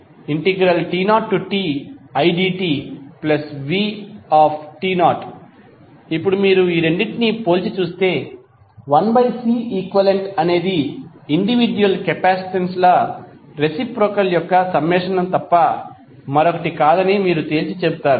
1Ceqt0tidtv ఇప్పుడు మీరు ఈ రెండింటినీ పోల్చి చూస్తే 1Ceq అనేది ఇండివిడ్యుయల్ కెపాసిటెన్సుల రెసిప్రొకల్ యొక్క సమ్మేషన్ తప్ప మరొకటి కాదని మీరు తేల్చి చెబుతారు